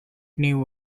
new